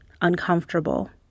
uncomfortable